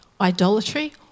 idolatry